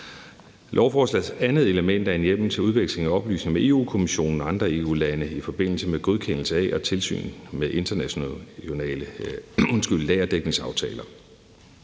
andet element er en hjemmel til udveksling af oplysninger med Europa-Kommissionen og andre EU-lande i forbindelse med godkendelse af og tilsyn med internationale lagerdækningsaftaler.